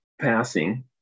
passing